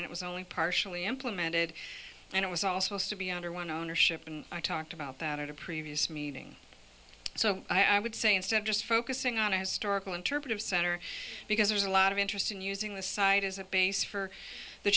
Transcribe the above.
plan it was only partially implemented and it was all supposed to be under one ownership and i talked about that at a previous meeting so i would say instead of just focusing on a historical interpretive center because there's a lot of interest in using the site as a base for the